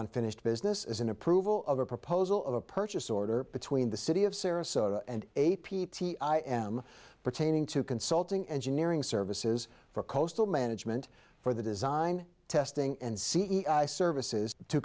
unfinished business is an approval of a proposal of a purchase order between the city of sarasota and a p t i am pertaining to consulting engineering services for coastal management for the design testing and c e i services to